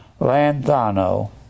Lanthano